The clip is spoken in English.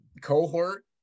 cohort